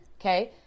Okay